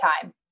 time